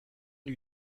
lui